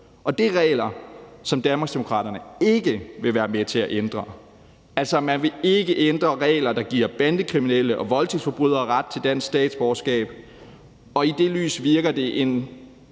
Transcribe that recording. som Danmarksdemokraterne ikke vil være med til at ændre. Altså, man vil ikke ændre regler, der giver bandekriminelle og voldtægtsforbrydere ret til dansk statsborgerskab, og i det lys virker det en